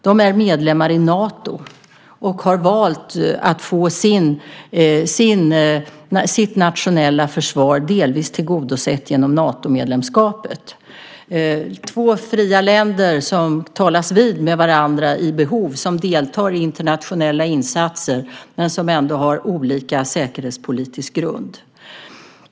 De är medlemmar i Nato och har valt att genom Natomedlemskapet få sitt nationella försvar delvis tillgodosett. Det är två fria länder som vid behov talar med varandra och deltar i internationella insatser men ändå har olika säkerhetspolitisk grund.